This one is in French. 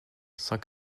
cent